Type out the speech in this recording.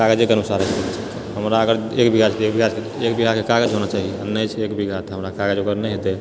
कागजे कऽ अनुसार होइत छै हमरा अगर एक बीघा छै तऽ एक बीघा कऽ कागज होना चाही आ नहि छै एक बीघा तऽ हमरा कागज ओकर नहि हेतै